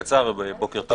בוקר טוב.